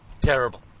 terrible